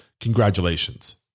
congratulations